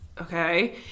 Okay